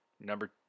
number